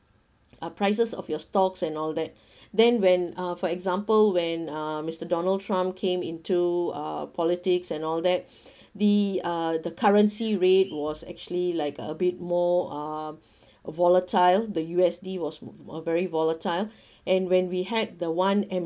uh prices of your stocks and all that then when uh for example when uh mister donald trump came into uh politics and all that the uh the currency rate was actually like a bit more uh volatile the U_S_D was a very volatile and when we had the one M